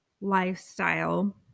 lifestyle